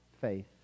faith